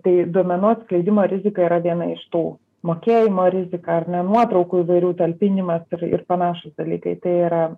tai duomenų atskleidimo rizika yra viena iš tų mokėjimo rizika ar ne nuotraukų įvairių talpinimas ir ir panašūs dalykai tai yra